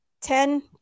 ten